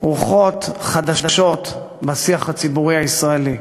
רוחות חדשות בשיח הציבורי הישראלי,